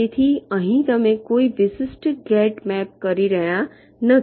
તેથી અહીં તમે કોઈ વિશિષ્ટ ગેટ મેપ કરી રહ્યાં નથી